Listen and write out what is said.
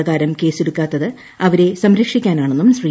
പ്രകാരം ്കേസ്റ്റെക്കാത്തത് അവരെ സംരക്ഷിക്കാനാണെന്നും ശ്രീ